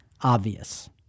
obvious